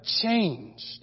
changed